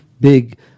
big